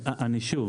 שוב,